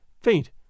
faint